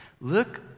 look